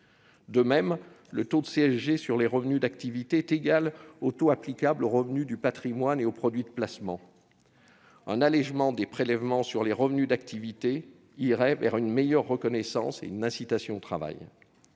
De même, le taux de CSG sur les revenus d'activité est égal au taux applicable aux revenus du patrimoine et aux produits de placement : un allégement des prélèvements sur les revenus d'activité permettrait une meilleure reconnaissance du travail.